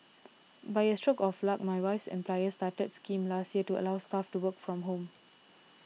by a stroke of luck my wife's employer started a scheme last year to allow staff to work from home